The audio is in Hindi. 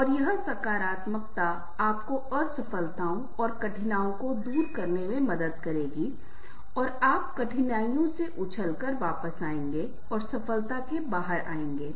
और यह सकारात्मकता आपको असफलताओं और कठिनाई को दूर करने में मदद करेगी और आप कठिनाइयों से उछलकर वापस आएंगे और सफलता के साथ बाहर आएंगे